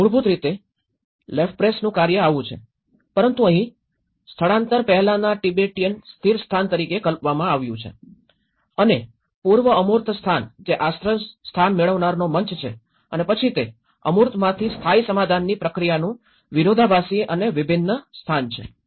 તેથી મૂળભૂત રીતે લેફેબ્રેસનુંLefebvre's કાર્ય આવું છે પરંતુ અહીં સ્થળાંતર પહેલાંના તિબેટને સ્થિર સ્થાન તરીકે કલ્પવામાં આવ્યું છે અને પૂર્વ અમૂર્ત સ્થાન જે આશ્રય મેળવનારનો મંચ છે અને અને પછી તે અમૂર્તમાંથી સ્થાયી સમાધાનની પ્રક્રિયાનું વિરોધાભાસી અને વિભિન્ન સ્થાન છે